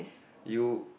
you